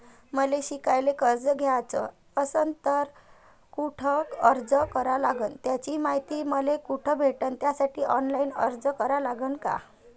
मले शिकायले कर्ज घ्याच असन तर कुठ अर्ज करा लागन त्याची मायती मले कुठी भेटन त्यासाठी ऑनलाईन अर्ज करा लागन का?